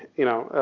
you know,